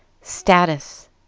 status